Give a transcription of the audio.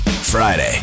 Friday